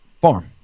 Farm